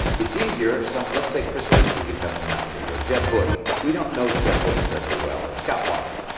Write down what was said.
it's easier if someone let's say chris christie becomes the nominee, or jeb bush. we don't know jeb bush terribly well or scott walker.